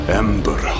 ember